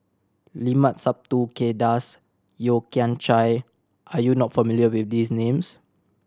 Limat Sabtu Kay Das Yeo Kian Chye are you not familiar with these names